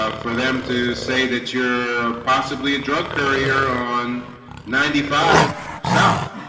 ah for them to say that you're possibly a drug courier on ninety five south